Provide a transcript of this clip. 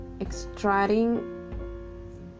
extracting